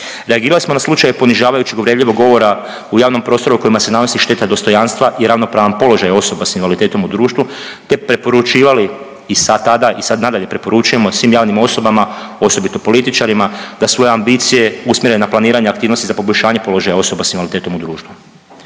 Reagirali smo na slučaj ponižavajućeg, uvredljivog govora u javnom prostoru kojima se nanosi šteta dostojanstva i ravnopravan položaj osoba s invaliditetom u društvu te preporučivali i sa tada i sad nadalje preporučujemo svim javnim osobama osobito političarima da svoje ambicije usmjere na planiranje aktivnosti za poboljšanje položaja osoba s invaliditetom u društvu.